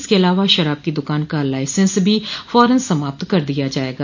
इसके अलावा शराब की दुकान का लाइसेंस भी फौरन समाप्त कर दिया जायेगा